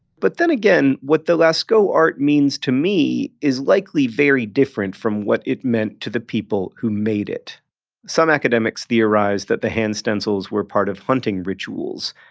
but then again, what the lascaux art means to me is likely very different from what it meant to the people who made it some academics theorize that the hand stencils were part of hunting rituals.